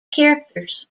characters